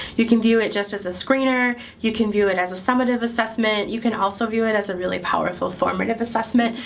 you can view it just as a screener. you can view it as a summative assessment. you can also view it as a really powerful formative assessment,